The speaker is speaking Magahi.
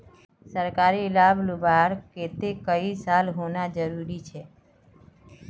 सरकारी लाभ लुबार केते कई साल होना जरूरी छे?